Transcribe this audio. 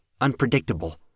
unpredictable